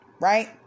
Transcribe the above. right